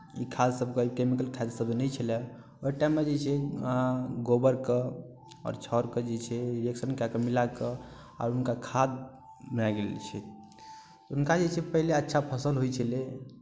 ई खादसभके ई कैमिकल खादसभके नहि छलय ओहि टाइममे जे छै गोबरके आओर छौरके जे छै रिएक्शन कए कऽ मिला कऽ आओर हुनका खाद भए गेल छै हुनका जे छै पहिले अच्छा फसल होइत छलै